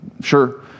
sure